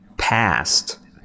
past